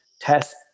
test